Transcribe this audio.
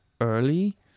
early